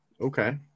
okay